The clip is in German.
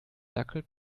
dackel